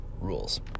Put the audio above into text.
rules